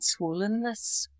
swollenness